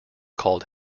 called